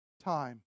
time